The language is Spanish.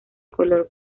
color